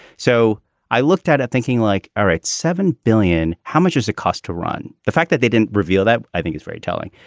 so i looked at the thinking like, all right, seven billion. how much is it cost to run? the fact that they didn't reveal that. i think it's very telling.